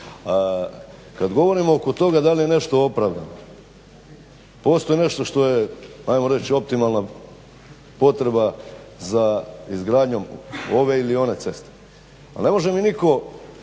Kada govorimo oko toga da li je nešto opravdano, postoji nešto što je ajmo reći optimalna potreba za izgradnjom ove ili one ceste,